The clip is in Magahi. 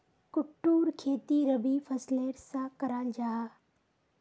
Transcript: कुट्टूर खेती रबी फसलेर सा कराल जाहा